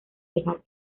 dejar